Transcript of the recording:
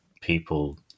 people